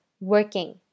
working